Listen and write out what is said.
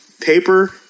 paper